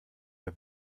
der